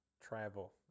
travel